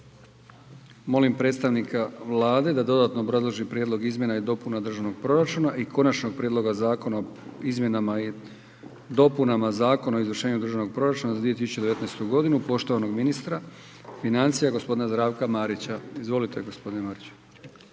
Molim predstavnika Vlade da dodatno obrazloži Prijedlog izmjena i dopuna Državnog proračuna i Konačnog prijedloga zakona o izmjenama i dopunama Zakona o izvršavanju Državnog proračuna za 2019. godinu, poštovanog ministra financija g. Zdravka Marića. Izvolite g. Marić.